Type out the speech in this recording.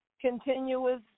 continuous